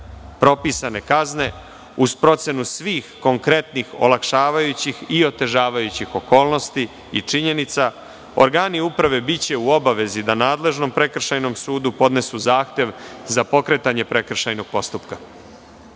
propisane kazne, uz procenu svih konkretnih olakšavajućih i otežavajućih okolnosti i činjenica, organi upravi biće u obavezi da nadležnom prekršajnom sudu podnesu zahtev za pokretanje prekršajnog postupka.